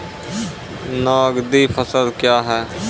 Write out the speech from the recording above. नगदी फसल क्या हैं?